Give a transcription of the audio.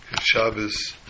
Shabbos